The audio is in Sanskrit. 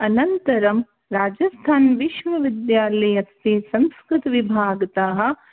अनन्तरं राजस्थान् विश्वविद्यालयस्य संस्कृतविभागतः